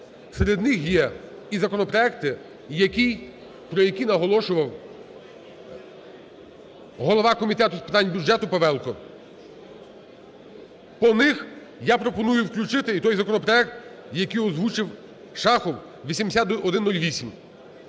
серед них є і законопроекти, які... про які наголошував голова Комітету з питань бюджету Павелко. По них я пропоную включити і той законопроект, який озвучив Шахов, 8108,